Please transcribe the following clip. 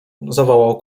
zawołał